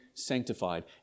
sanctified